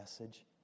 message